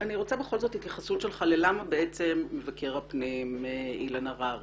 אני רוצה התייחסות שלך ללמה בעצם מבקר הפנים אילן הררי